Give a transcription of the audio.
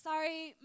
Sorry